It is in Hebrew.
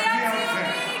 זו מדינה ציונית.